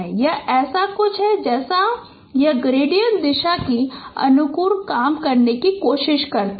यह ऐसा कुछ है जैसे यह ग्रेडिएंट दिशा को अनुकरण करने की कोशिश करेगा